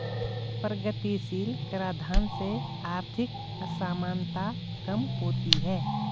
प्रगतिशील कराधान से आर्थिक असमानता कम होती है